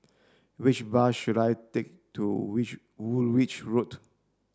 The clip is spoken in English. which bus should I take to which Woolwich Road